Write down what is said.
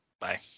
bye